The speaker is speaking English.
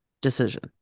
decision